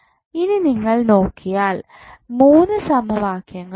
ഇനി നിങ്ങൾ നോക്കിയാൽ മൂന്നു സമവാക്യങ്ങൾ ഉണ്ട്